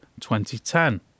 2010